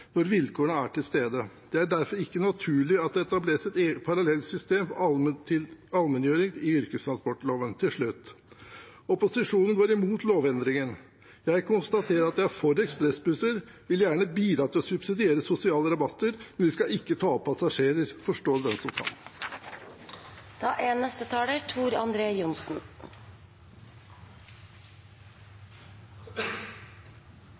vilkårene er til stede. Det er derfor ikke naturlig at det etableres et parallelt system for allmenngjøring i yrkestransportloven. Til slutt: Opposisjonen går imot lovendringen. Jeg konstaterer at de er for ekspressbusser, vil gjerne bidra til å subsidiere sosiale rabatter, men de skal ikke få ta med passasjerer. Forstå det den som kan.